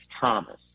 Thomas